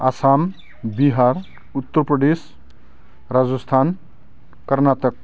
Assam Bihar Uttar Pradesh Rajasthan Karnataka